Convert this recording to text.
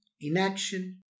inaction